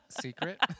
secret